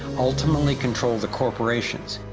ultimately control the corporations.